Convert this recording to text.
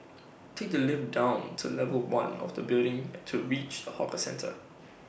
take the lift down to level one of the building to reach the hawker centre